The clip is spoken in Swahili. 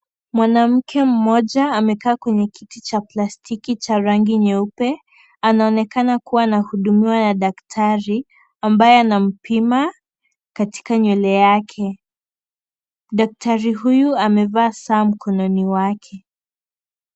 Mwanamke mmoja ameketi kwenye kiti cha plastiki chenye rangi nyeupe, anaonekana kuhudumiwa na daktari ambaye anampima katika nywele yake. Daktari huyu amevaa saa mkononi mwake.